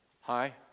Hi